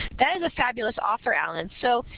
that is a fabulous offer, allen. so,